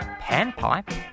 Panpipe